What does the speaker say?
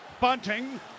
Bunting